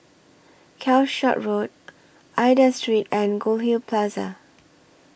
Calshot Road Aida Street and Goldhill Plaza